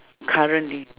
currently